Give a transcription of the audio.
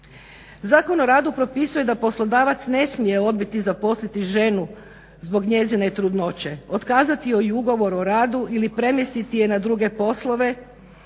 Zakon o radu propisuje da poslodavac ne smije odbiti zaposliti ženu zbog njezine trudnoće, otkazati joj ugovor o radu ili premjestiti je na druge poslove.